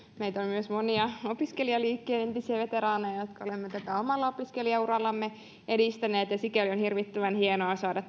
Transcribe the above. meitä on myös monia opiskelijaliikkeen entisiä veteraaneja jotka olemme tätä omalla opiskelijaurallamme edistäneet ja sikäli on hirvittävän hienoa saada